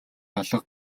алга